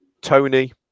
Tony